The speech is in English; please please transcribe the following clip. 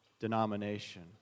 denomination